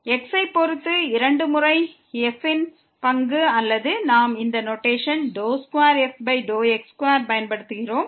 x ஐ பொறுத்து இரண்டு முறை f ன் பங்கு அல்லது நாம் இந்த நோட்டேஷன் 2fx2 பயன்படுத்துகிறோம்